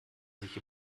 sich